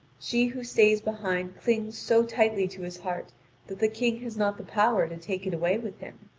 she who stays behind clings so tightly to his heart that the king has not the power to take it away with him.